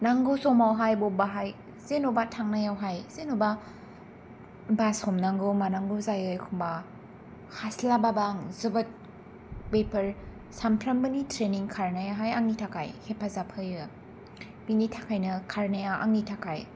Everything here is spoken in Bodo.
नांगौ समावहाय बबेहाय जेनोबा थांनायावहाय जेनोबा बास हमनांगौ मानांगौ जायो एखमबा हास्लाबा बा आं जोबोद बेफोर सामफ्रामबोनि ट्रेनिं खारनायाहाय आंनि थाखाय हेफाजाब होयो बिनि थाखायनो खारनाया आंनि थाखाय